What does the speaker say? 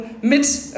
mit